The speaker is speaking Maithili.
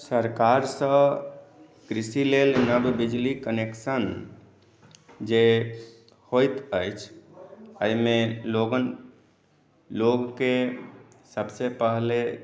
सरकार सॅं कृषि लेल नब बिजली कनेक्शन जे होइत अछि एहिमे लोगन लोक के सबसे पहले